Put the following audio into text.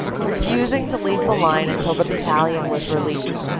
refusing to leave the line until the battalion was relieved.